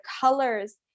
colors